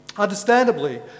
Understandably